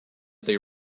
they